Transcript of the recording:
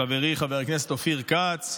חברי חבר הכנסת אופיר כץ,